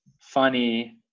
funny